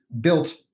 built